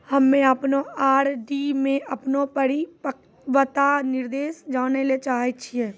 हम्मे अपनो आर.डी मे अपनो परिपक्वता निर्देश जानै ले चाहै छियै